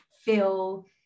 feel